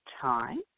time